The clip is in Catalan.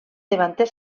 davanter